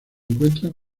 encuentran